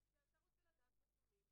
אתה קצת מורח אותי.